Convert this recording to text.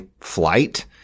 flight